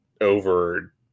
over